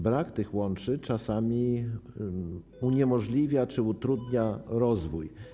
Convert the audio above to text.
Brak tych łączy czasami uniemożliwia czy utrudnia rozwój.